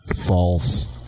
False